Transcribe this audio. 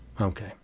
Okay